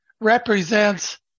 represents